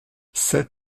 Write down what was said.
sept